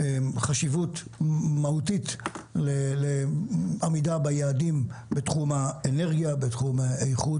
חשיבות מהותית לעמידה ביעדים בתחום האנרגיה; בתחום איכות